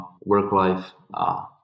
work-life